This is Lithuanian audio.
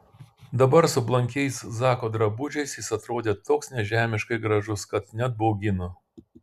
dabar su blankiais zako drabužiais jis atrodė toks nežemiškai gražus kad net baugino